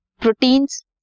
proteins